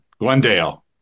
Glendale